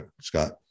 Scott